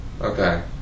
Okay